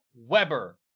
Weber